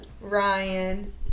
Ryan